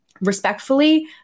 Respectfully